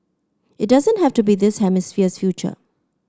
it doesn't have to be this hemisphere's future